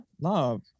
love